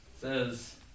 says